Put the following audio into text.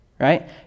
right